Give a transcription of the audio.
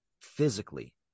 physically